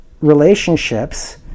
relationships